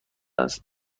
است